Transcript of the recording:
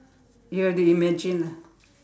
you have to imagine lah